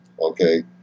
okay